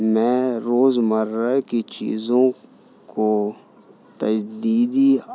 میں روز مرہ کی چیزوں کو تجدیدی